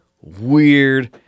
weird